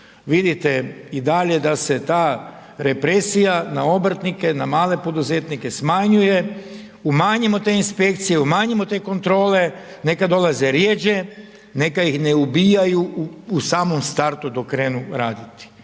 vidite i dalje da se ta represija na obrtnike, na male poduzetnike smanjuje, umanjimo te inspekcije, umanjimo te kontrole, neka dolaze rjeđe, neka ih ne ubijaju u samom startu dok krenu raditi,